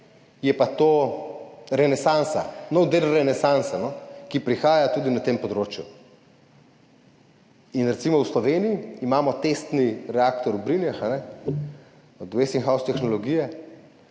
je pa to renesansa, nov del renesanse, ki prihaja tudi na tem področju. Recimo v Sloveniji imamo testni reaktor Westinghouse tehnologije